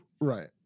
right